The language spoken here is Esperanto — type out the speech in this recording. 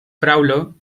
fraŭlo